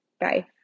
Bye